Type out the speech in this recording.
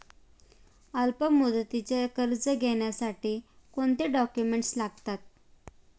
अल्पमुदतीचे कर्ज घेण्यासाठी कोणते डॉक्युमेंट्स लागतात?